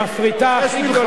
המפריטה הכי גדולה.